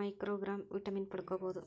microgram vitamin ಪಡ್ಕೋಬೋದು